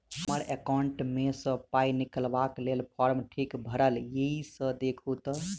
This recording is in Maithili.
हम्मर एकाउंट मे सऽ पाई निकालबाक लेल फार्म ठीक भरल येई सँ देखू तऽ?